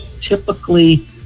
typically